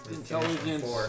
intelligence